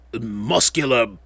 muscular